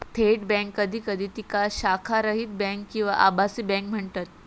थेट बँक कधी कधी तिका शाखारहित बँक किंवा आभासी बँक म्हणतत